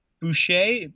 Boucher